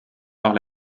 par